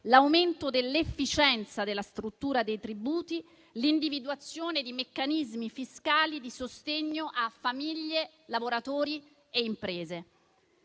l'aumento dell'efficienza della struttura dei tributi e l'individuazione di meccanismi fiscali di sostegno a famiglie, lavoratori e imprese.